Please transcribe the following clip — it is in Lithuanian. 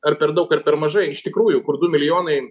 ar per daug ar per mažai iš tikrųjų kur du milijonai